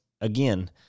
again